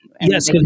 yes